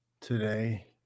today